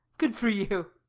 good for you!